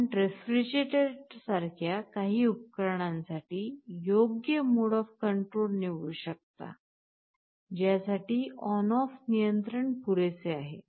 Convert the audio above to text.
आपण रेफ्रिजरेटरसारख्या काही उपकरणांसाठी योग्य मोड ऑफ कंट्रोल निवडू शकता ज्यासाठी ऑन ऑफ नियंत्रण पुरेसे आहे